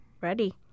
Ready